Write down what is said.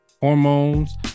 hormones